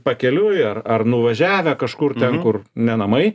pakeliui ar ar nuvažiavę kažkur ten kur ne namai